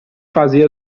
fazer